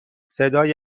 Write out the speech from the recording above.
صدای